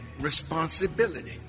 responsibility